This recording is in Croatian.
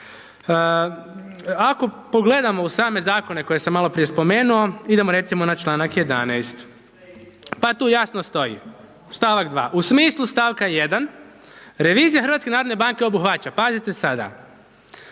Ako pogledamo u same zakone koje sam maloprije spomenuo, idemo recimo na članak 11. pa tu jasno stoji, stavak 2., u smislu stavka 1. revizija HNB-a obuhvaća pazite sada,